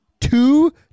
two